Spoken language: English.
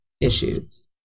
issues